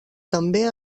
també